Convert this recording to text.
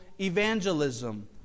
evangelism